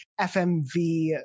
FMV